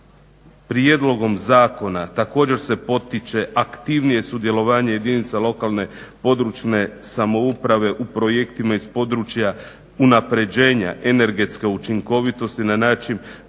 prijedlogom zakona također se potiče aktivnije sudjelovanje jedinica lokalne područne samouprave u projektima iz područja unapređenja, energetske učinkovitosti na način da